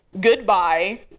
goodbye